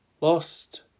Lost